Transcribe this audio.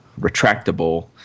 retractable